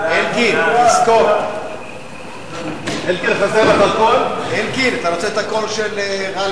להעביר את הצעת חוק החברות (תיקון מס'